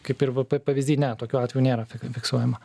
kaip ir vp pavyzdy ne tokių atvejų nėra fiksuojama